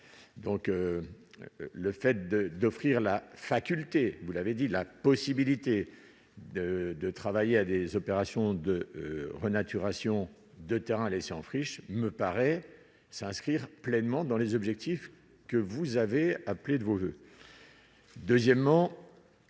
donc le fait de d'offrir la faculté, vous l'avez dit, la possibilité de de travailler à des opérations de renaturation de terrain laissés en friche, me paraît s'inscrire pleinement dans les objectifs que vous avez appelé de vos voeux, deuxièmement.